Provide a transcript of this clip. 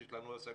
יש לנו הפסקה,